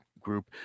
group